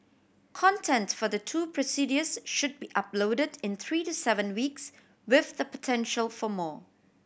content for the two procedures should be uploaded in three to seven weeks with the potential for more